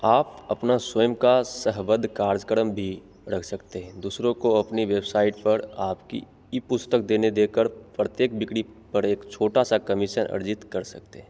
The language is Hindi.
आप अपना स्वयं का सहबद्ध कार्यक्रम भी रख सकते हैं दूसरों को अपनी वेबसाइट पर आपकी ई पुस्तक देने देकर प्रत्येक बिक्री पर एक छोटा सा कमीशन अर्जित कर सकते हैं